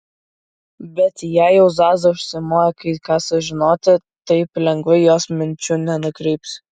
bet jei jau zaza užsimojo kai ką sužinoti taip lengvai jos minčių nenukreipsi